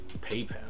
PayPal